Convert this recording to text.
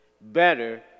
Better